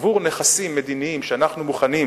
עבור נכסים מדיניים שאנחנו מוכנים